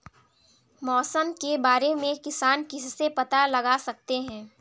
मौसम के बारे में किसान किससे पता लगा सकते हैं?